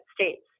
States